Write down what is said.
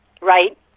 Right